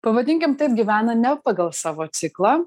pavadinkim taip gyvena ne pagal savo ciklą